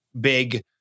big